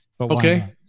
Okay